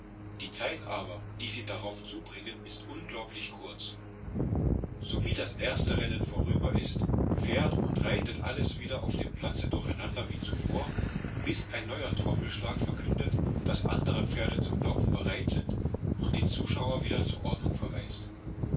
die zeit aber die sie darauf zubringen ist unglaublich kurz sowie das erste rennen vorüber ist fährt und reitet alles wieder auf dem platze durcheinander wie zuvor bis ein neuer trommelschlag verkündet daß andere pferde zum laufen bereit sind und die zuschauer wieder zur ordnung verweist